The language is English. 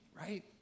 right